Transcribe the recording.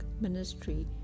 ministry